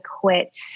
quit